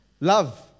Love